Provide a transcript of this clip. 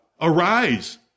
Arise